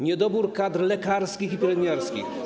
niedobór kadr lekarskich i pielęgniarskich.